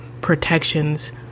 protections